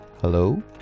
Hello